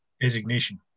designation